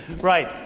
Right